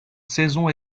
saison